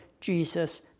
Jesus